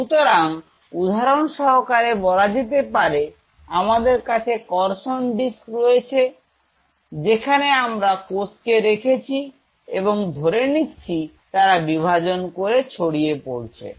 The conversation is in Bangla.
সুতরাং উদাহরণ সহকারে বলা যেতে পারে আমাদের কাছে কর্ষণ ডিস্ক রয়েছে যেখানে আমরা কোষকে রেখেছি এবং ধরে নিচ্ছি তারা বিভাজন করে ছড়িয়ে পড়ছে